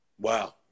Wow